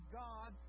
god